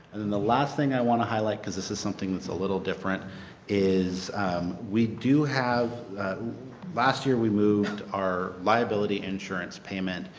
and then the last thing i want to highlight because this is something that is a little different is we do last year we moved our liability insurance payment.